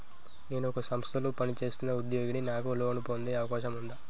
నేను ఒక సంస్థలో పనిచేస్తున్న ఉద్యోగిని నాకు లోను పొందే అవకాశం ఉందా?